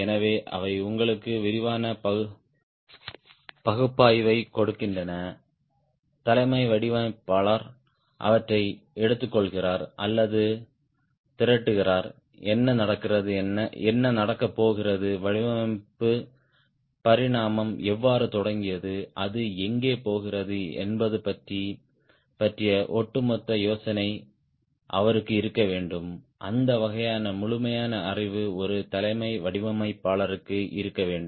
எனவே அவை உங்களுக்கு விரிவான பகுப்பாய்வைக் கொடுக்கின்றன தலைமை வடிவமைப்பாளர் அவற்றை எடுத்துக்கொள்கிறார் அல்லது திரட்டுகிறார் என்ன நடக்கிறது என்ன நடக்கப் போகிறது வடிவமைப்பு பரிணாமம் எவ்வாறு தொடங்கியது அது எங்கே போகிறது என்பது பற்றிய ஒட்டுமொத்த யோசனை அவருக்கு இருக்க வேண்டும் அந்த வகையான முழுமையான அறிவு ஒரு தலைமை வடிவமைப்பாளருக்கு இருக்க வேண்டும்